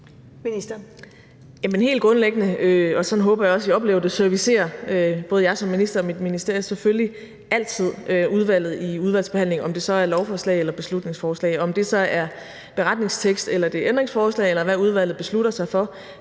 mit ministerium – og sådan håber jeg også I oplever det – selvfølgelig altid udvalget i udvalgsbehandlingen, om det så er lovforslag eller beslutningsforslag, og om det så er en beretningstekst eller et ændringsforslag, eller hvad udvalget beslutter sig for.